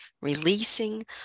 releasing